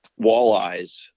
walleyes